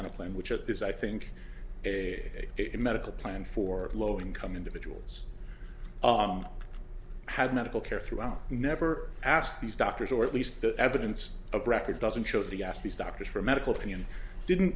na plan which at this i think a medical plan for low income individuals had medical care throughout never asked these doctors or at least the evidence of record doesn't show the as these doctors for medical opinion didn't